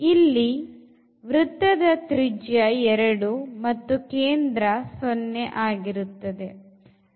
ಇಲ್ಲಿ ವೃತ್ತದ ತ್ರಿಜ್ಯ 2 ಮತ್ತು ಕೇಂದ್ರ 0 ಆಗಿರುತ್ತದೆ